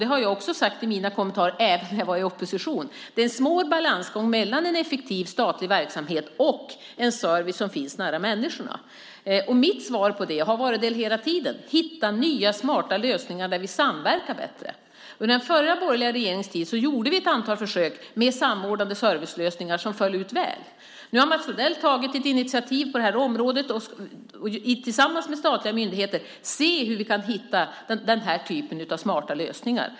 Det har jag också sagt i mina kommentarer även när jag var i opposition. Det är en svår balansgång mellan en effektiv statlig verksamhet och en service som finns nära människorna. Mitt svar på det, och det har varit det hela tiden, är att man ska hitta nya smarta lösningar där vi samverkar bättre. Under den förra borgerliga regeringens tid gjorde vi ett antal försök med samordnade servicelösningar som föll ut väl. Nu har Mats Odell tagit ett initiativ på det här området för att tillsammans med statliga myndigheter se hur vi kan hitta den här typen av smarta lösningar.